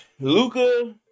Luca